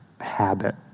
habit